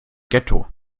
getto